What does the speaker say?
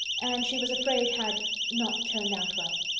and she was afraid had not turned out well.